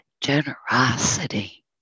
generosity